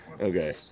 Okay